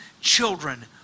children